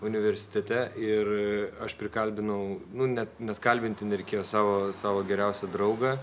universitete ir aš prikalbinau nu net net kalbinti nereikėjo savo savo geriausią draugą